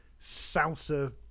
salsa